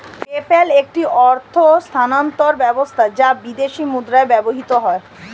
PayPal একটি অর্থ স্থানান্তর ব্যবস্থা যা বিদেশী মুদ্রায় ব্যবহৃত হয়